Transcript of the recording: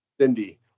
Cindy